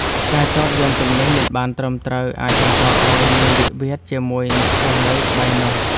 ការចតយានជំនិះមិនបានត្រឹមត្រូវ អាចបង្កឱ្យមានវិវាទជាមួយអ្នករស់នៅក្បែរនោះ។